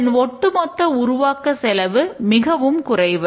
இதன் ஒட்டுமொத்த உருவாக்க செலவும் மிகவும் குறைவு